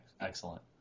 excellent